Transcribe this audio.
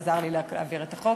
אשר עזר לי להעביר את החוק.